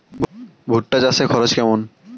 ভুট্টা চাষে খরচ কেমন?